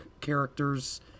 characters